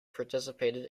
participated